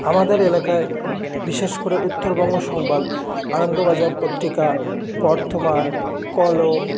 আমাদের এলাকায় বিশেষ করে উত্তরবঙ্গ সংবাদ আনন্দবাজার পত্রিকা বর্তমান কলম